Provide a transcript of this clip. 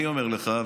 אני אומר לך,